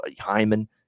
Hyman